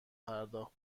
پرداخت